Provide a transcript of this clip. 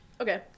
Okay